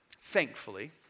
thankfully